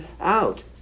out